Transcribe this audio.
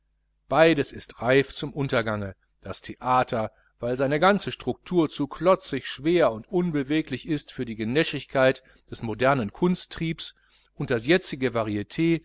beides ist reif zum untergange das theater weil seine ganze struktur zu klotzig schwer und unbeweglich ist für die genäschigkeit des modernen kunsttriebs und das jetzige varit